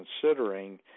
considering